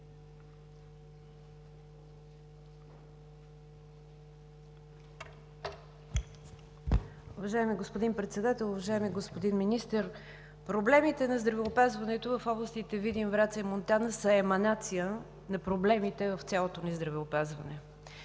Уважаеми господин Председател! Уважаеми господин Министър, проблемите на здравеопазването в областите Видин, Враца и Монтана са еманация на проблемите в цялото ни здравеопазване